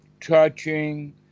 touching